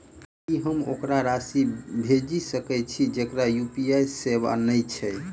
की हम ओकरा राशि भेजि सकै छी जकरा यु.पी.आई सेवा नै छै?